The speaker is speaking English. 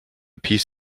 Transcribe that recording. peace